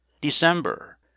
DECEMBER